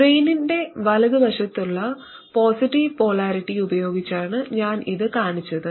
ഡ്രെയിനിലേക്ക് വലതുവശത്തുള്ള positive polarity ഉപയോഗിച്ചാണ് ഞാൻ ഇത് കാണിച്ചത്